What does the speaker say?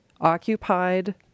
occupied